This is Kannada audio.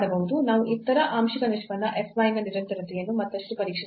ನಾವು ಇತರ ಆಂಶಿಕ ನಿಷ್ಪನ್ನ f y ನ ನಿರಂತರತೆಯನ್ನು ಮತ್ತಷ್ಟು ಪರೀಕ್ಷಿಸಬಹುದು